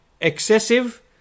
excessive